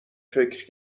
فکر